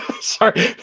Sorry